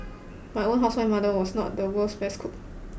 my own housewife mother was not the world's best cook